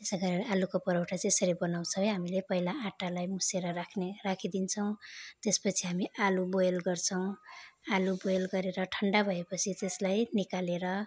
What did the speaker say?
त्यसै कारण आलुको परौठा चाहिँ यसरी बनाउँछौँ है हामीले पहिला आँटालाई मुसेर राख्ने राखिदिन्छौँ त्यसपछि हामी आलु बोयल गर्छौँ आलु बोयल गरेर ठन्डा भएपछि त्यसलाई निकालेर